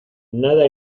nada